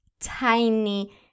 tiny